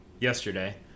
yesterday